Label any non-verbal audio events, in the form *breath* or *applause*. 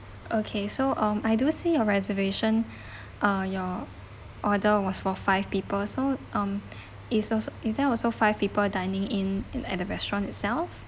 okay so um I do see your reservation *breath* uh your order was for five people so um is also is there also five people dining in in at the restaurant itself